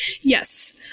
yes